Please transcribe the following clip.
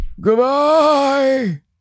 Goodbye